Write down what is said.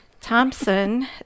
Thompson